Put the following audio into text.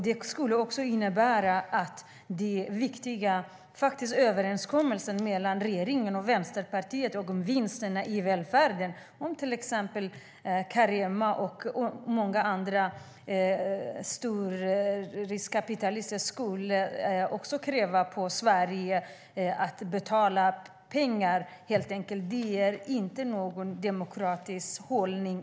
Det skulle också handla om den viktiga överenskommelsen mellan regeringen och Vänsterpartiet om vinsterna i välfärden, att Carema och många andra stora riskkapitalister skulle kunna kräva av Sverige att betala pengar. Det är inte någon demokratisk hållning.